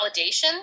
validation